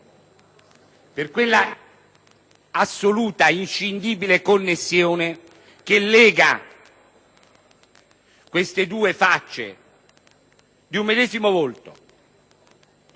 per quella assoluta, inscindibile connessione che lega queste due facce di un medesimo volto;